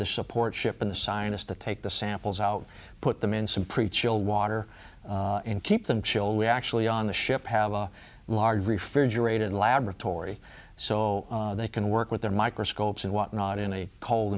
the support ship in the scientists to take the samples out put them in some pretty chilled water and keep them chilled we actually on the ship have a large refrigerated laboratory so they can work with their microscopes and whatnot in a cold